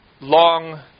long